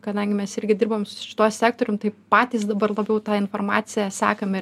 kadangi mes irgi dirbam su šituo sektorium tai patys dabar labiau tą informaciją sekame